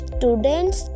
Students